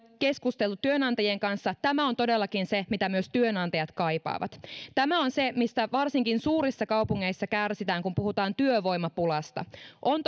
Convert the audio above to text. keskusteltu työnantajien kanssa tämä on todellakin se mitä myös työnantajat kaipaavat tämä on se mistä varsinkin suurissa kaupungeissa kärsitään kun puhutaan työvoimapulasta on